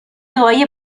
دعای